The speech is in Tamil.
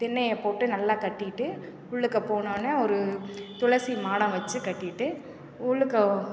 திண்ணையைப் போட்டு நல்லாக் கட்டிட்டு உள்ளுக்க போனோடன்னே ஒரு துளசி மாடம் வச்சி கட்டிட்டு உள்ளுக்க ஒ